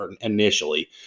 initially